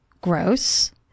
gross